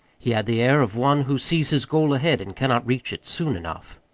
he had the air of one who sees his goal ahead and cannot reach it soon enough.